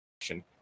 action